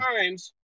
times